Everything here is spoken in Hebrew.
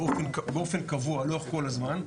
באופן קבוע לאורך כל הזמן,